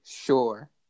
sure